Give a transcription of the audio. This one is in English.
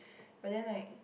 but then like